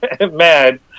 mad